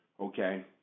Okay